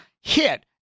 hit